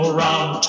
round